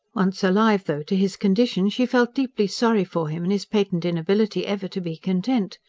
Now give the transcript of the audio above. once alive though to his condition, she felt deeply sorry for him in his patent inability ever to be content.